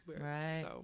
Right